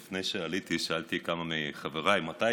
האמת היא שלפני שעליתי שאלתי כמה מחבריי מתי